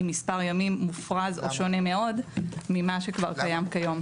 מספר ימים מופרז או שונה מאוד ממה שכבר קיים היום.